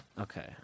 Okay